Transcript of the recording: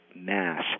mass